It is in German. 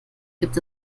gibt